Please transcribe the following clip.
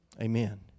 amen